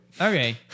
Okay